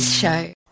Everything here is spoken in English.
show